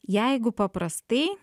jeigu paprastai